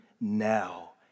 now